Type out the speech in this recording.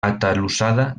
atalussada